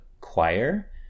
choir